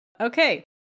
Okay